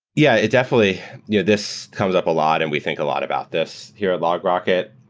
yeah. definitely, you know this comes up a lot, and we think a lot about this here at logrocket.